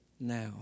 now